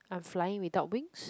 I am flying without wings